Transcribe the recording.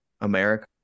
America